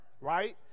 right